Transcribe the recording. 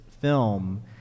film